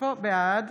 בעד